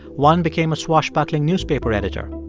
one became a swashbuckling newspaper editor.